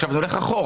עכשיו זה הולך אחורה.